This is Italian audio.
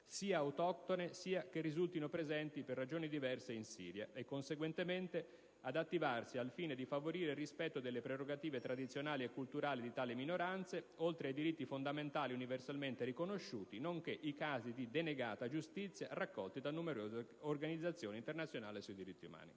sia autoctone sia che risultino presenti, per ragioni diverse, in Siria, e conseguentemente ad attivarsi al fine di favorire il rispetto delle prerogative tradizionali e culturali di tali minoranze oltre ai diritti fondamentali universalmente riconosciuti, nonché i casi di denegata giustizia raccolti da numerose organizzazioni internazionali sui diritti umani.